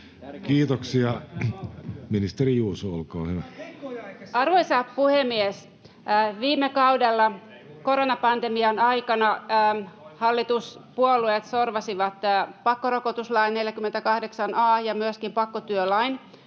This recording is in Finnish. liik) Time: 16:19 Content: Arvoisa puhemies! Viime kaudella, koronapandemian aikana, hallituspuolueet sorvasivat pakkorokotuslain 48 a ja myöskin pakkotyölain.